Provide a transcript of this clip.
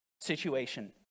situation